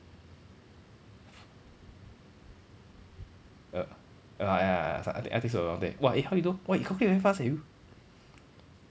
err ah ya I t~ I think so around there !wah! eh how you know !wah! you calculate damn fast eh you